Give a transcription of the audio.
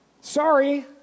Sorry